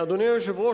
אדוני היושב-ראש,